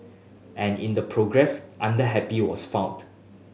and in the progress Under Happy was found